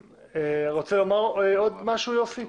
רוצה לומר עוד משהו יוסי?